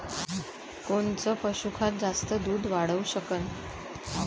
कोनचं पशुखाद्य जास्त दुध वाढवू शकन?